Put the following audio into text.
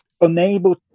unable